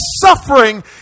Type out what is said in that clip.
suffering